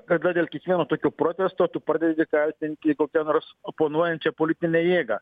kada dėl kiekvieno tokių protestuoto tu pradedi kaltinti kokią nors oponuojančią politinę jėgą